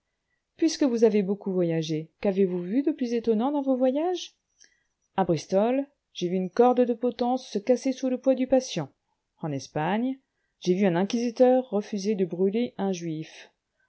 puisque vous avez beaucoup voyagé qu'avez-vous vu de plus étonnant dans vos voyages à bristol j'ai vu une corde de potence se casser sous le poids du patient en espagne j'ai vu un inquisiteur refuser de brûler un juif